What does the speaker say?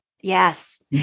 Yes